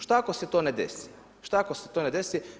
Šta ako se to ne desi, šta ako se to ne desi?